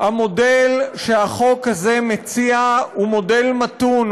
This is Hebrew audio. המודל שהחוק הזה מציע הוא מודל מתון,